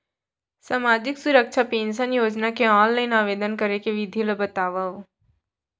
सामाजिक सुरक्षा पेंशन योजना के ऑनलाइन आवेदन करे के विधि ला बतावव